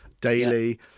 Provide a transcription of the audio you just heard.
daily